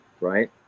right